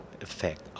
effect